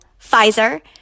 Pfizer